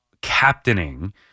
captaining